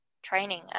training